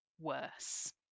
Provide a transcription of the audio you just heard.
worse